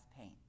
pain